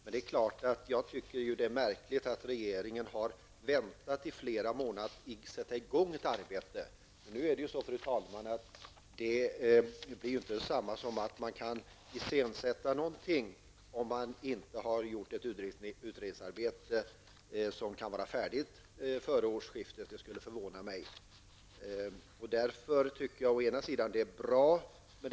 Men jag tycker att det är märkligt att regeringen har väntat i flera månader med att sätta i gång ett arbete. Nu kan man ju inte, fru talman, iscensätta någonting om det inte görs ett utredningsarbete som kan vara färdigt före årsskiftet, och det skulle förvåna mig. Den överenskommelse som har träffats är bra.